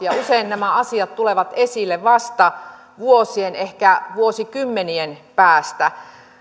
usein nämä asiat tulevat esille vasta vuosien ehkä vuosikymmenien päästä